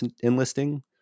enlisting